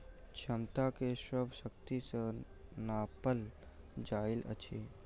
क्षमता के अश्व शक्ति सॅ नापल जाइत अछि